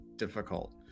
difficult